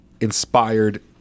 inspired